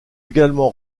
également